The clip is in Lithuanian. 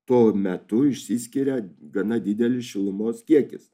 to metu išsiskiria gana didelis šilumos kiekis